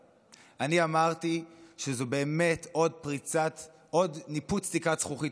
אני אמרתי שזה באמת עוד ניפוץ תקרת זכוכית עבור הקהילה,